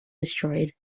destroyed